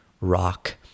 rock